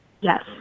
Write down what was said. yes